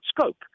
scope